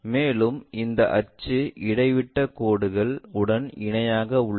மேலும் இந்த அச்சு இடைவிட்டக் கோடுகள் உடன் இணையாக உள்ளது